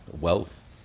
wealth